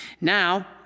now